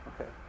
okay